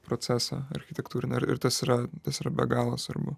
proceso architektūrinio ir tas yra tas yra be galo svarbu